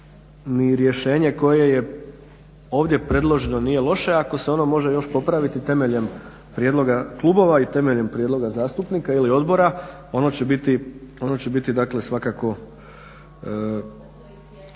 ni rješenje koje je ovdje predloženo nije loše ako se ono može još popraviti temeljem prijedloga klubova i temeljem prijedloga zastupnika ili odbora. Ono će biti dakle